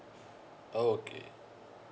okay